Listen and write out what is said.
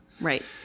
right